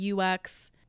UX